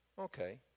Okay